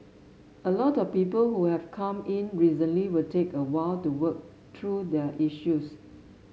a lot of people who have come in recently will take a while to work through their issues